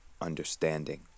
understanding